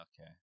Okay